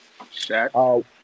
Shaq